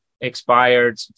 expired